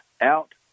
out